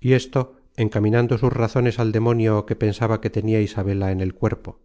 y esto encaminando sus razones al demonio que pensaba que tenia isabela en el cuerpo